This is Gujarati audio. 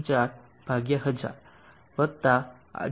4 1000 વત્તા 18